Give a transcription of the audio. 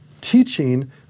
teaching